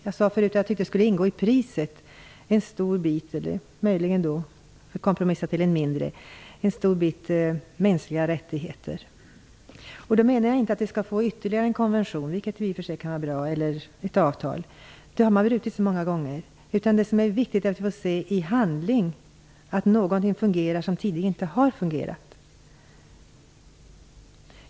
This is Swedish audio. Jag sade förut att jag tyckte att det i priset skulle ingå en stor bit, eller för att kompromissa en mindre bit, mänskliga rättigheter. Då menar jag inte att vi skall få ytterligare en konvention eller ett avtal - vilket i och för sig kan vara bra - därför att man har brutit sådana så många gånger. Det som är viktigt är att vi får se i handling att någonting fungerar som tidigare inte har fungerat.